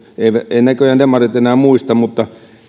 demarit näköjään enää muista mutta